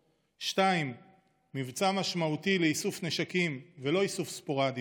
2. מבצע משמעותי לאיסוף נשקים, ולא איסוף ספורדי